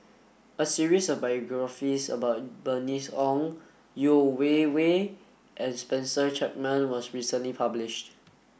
a series of biographies about Bernice Ong Yeo Wei Wei and Spencer Chapman was recently published